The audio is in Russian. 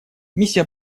миссия